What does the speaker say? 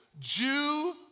Jew